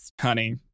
Honey